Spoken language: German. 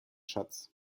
schatz